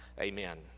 Amen